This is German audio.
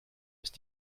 ist